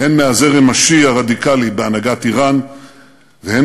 הן מהזרם השיעי הרדיקלי בהנהגת איראן והן